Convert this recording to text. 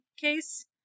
case